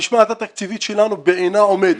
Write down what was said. המשמעת התקציבית שלנו בעינה עומדת.